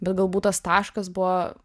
bet galbūt tas taškas buvo